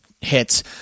hits